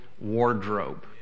wardrobe